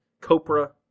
Copra